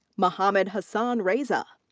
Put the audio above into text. mohammad hassan reza.